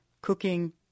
cooking